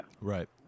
Right